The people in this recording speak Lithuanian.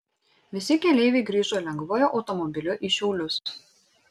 visi keleiviai grįžo lengvuoju automobiliu į šiaulius